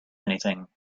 anything